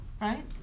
right